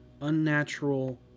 unnatural